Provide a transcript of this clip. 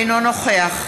אינו נוכח